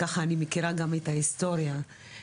ככה אני מכירה גם את ההיסטוריה של